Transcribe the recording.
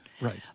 right